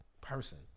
person